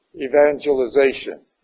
evangelization